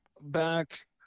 back